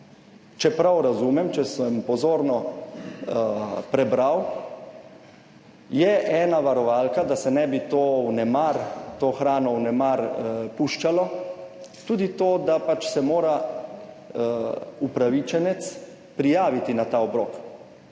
Če prav razumem, če sem pozorno prebral, je ena varovalka, da se ne bi to hrano vnemar puščalo, tudi to, da se mora upravičenec prijaviti na ta obrok.